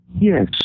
Yes